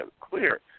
clear